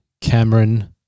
Cameron